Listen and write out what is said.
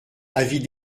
avis